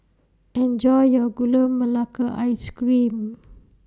Enjoy your Gula Melaka Ice Cream